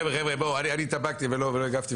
חבר'ה, חבר'ה, בואו, אני התאפקתי ולא הגבתי.